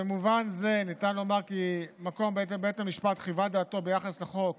במובן זה ניתן לומר כי במקום שבית המשפט חיווה את דעתו ביחס לחוק